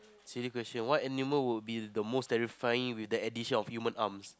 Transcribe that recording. silly question what animal would be the most terrifying with the addition of human arms